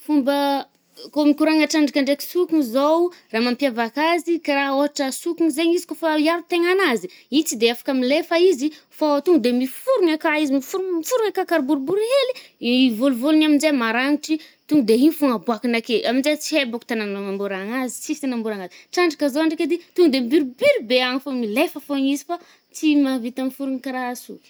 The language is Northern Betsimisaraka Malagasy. Fomba kô mikoragna trandraka ndraiky sokiny zaoo, raha mampiavaka azy karaha ôhatra sokiny zaigny izy kôfa hiaro tegna anazy, i tsy de afaka milefa izy, fô to nde miforigny akà izy – miforigny-miforgny ka-kara boribory hely. I volovoliny aminje maranitry to nde i fôgna abôakany ake. Aminje tsy he bôko tagny agnambôrana azy, tsisy agnambôrana azy. Trandraka zao ndraiky edy, to nde mibioribiory be agny fô, milefa fôgna izy fô fa tsy mavita miforigny karaha sokiny.